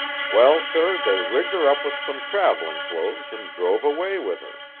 well, sir, they rigged her up with some traveling clothes and drove away with her.